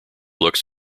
looks